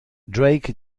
drake